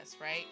right